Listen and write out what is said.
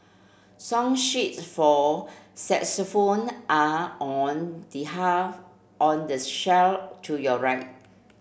song sheets for saxophone are on the half on the shelf to your right